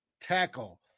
tackle